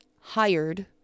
hired